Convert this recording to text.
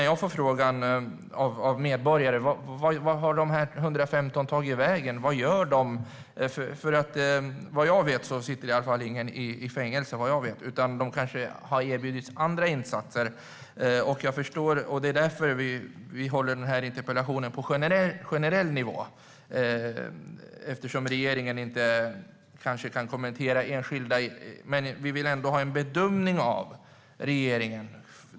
Jag får frågan av medborgare om var dessa 115 har tagit vägen och vad de gör. Vad jag vet sitter i alla fall ingen i fängelse. De kanske har erbjudits andra insatser. Vi för debatten om denna interpellation på en generell nivå eftersom regeringen kanske inte kan kommentera enskilda fall. Men vi vill ändå ha en bedömning från regeringen.